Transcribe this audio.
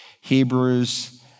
Hebrews